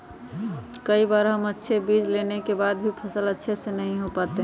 कई बार हम अच्छे बीज लेने के बाद भी फसल अच्छे से नहीं हो पाते हैं?